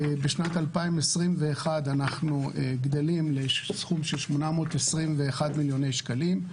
בשנת 2021 אנחנו גדלים לסכום של 821 מיליון שקלים.